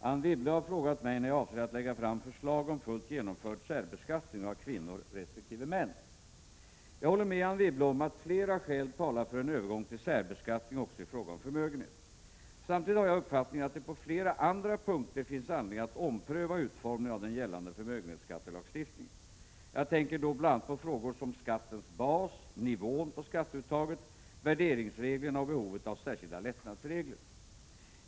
Anne Wibble har frågat mig när jag avser att lägga fram förslag om fullt genomförd särbeskattning av kvinnor resp. män. Jag håller med Anne Wibble om att flera skäl talar för en övergång till särbeskattning också i fråga om förmögenhet. Samtidigt har jag uppfattningen att det på flera andra punkter finns anledning att ompröva utformningen av den gällande förmögenhetsskattelagstiftningen. Jag tänker då bl.a. på frågor som skattens bas, nivån på skatteuttaget, värderingsreglerna och behovet av särskilda lättnadsregler.